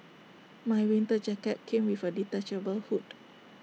my winter jacket came with A detachable hood